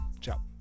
Ciao